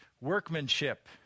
workmanship